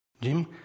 Jim